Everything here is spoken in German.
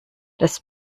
das